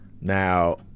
now